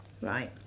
right